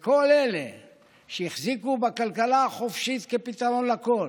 כל אלה שהחזיקו בכלכלה החופשית כפתרון לכול,